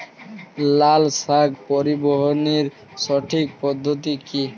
লালশাক পরিবহনের সঠিক পদ্ধতি কি?